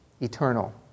Eternal